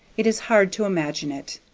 it is hard to imagine it.